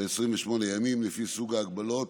הגבלת